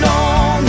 on